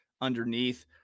underneath